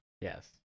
Yes